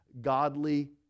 godly